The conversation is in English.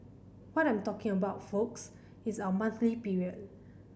what I'm talking about folks is our monthly period